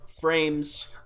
Frames